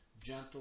gentle